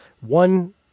one